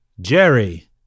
Jerry